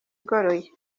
igoroye